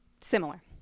similar